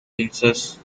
princess